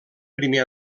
primer